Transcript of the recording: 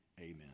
Amen